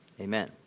Amen